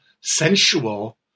sensual